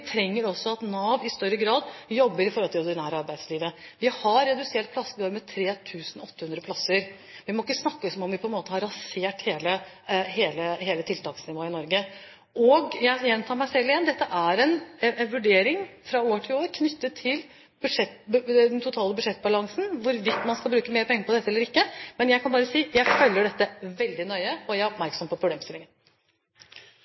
trenger også at Nav i større grad jobber inn mot det ordinære arbeidslivet. Vi har redusert plassene i år med 3 800 plasser. Vi må ikke snakke som om vi på en måte har rasert hele tiltaksnivået i Norge. Og – jeg gjentar meg selv igjen – dette er en vurdering fra år til år knyttet til den totale budsjettbalansen hvorvidt man skal bruke mer penger på dette eller ikke. Men jeg kan bare si: Jeg følger dette veldig nøye, og jeg er